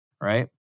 Right